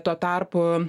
tuo tarpu